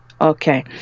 Okay